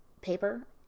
paper